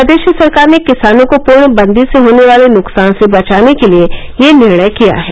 प्रदेश सरकार ने किसानों को पूर्णबंदी से होने वाले नुकसान से बचाने के लिए यह निर्णय किया है